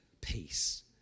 peace